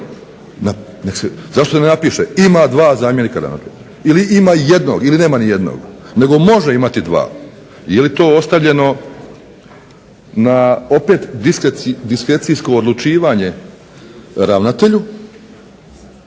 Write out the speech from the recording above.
Zašto ne napiše ima dva zamjenika ravnatelja ili ima jednog ili nema nijednog, nego može imati dva. Je li to ostavljeno na opet diskrecijsko odlučivanje ravnatelju,